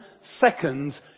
Second